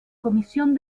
comisión